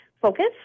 focus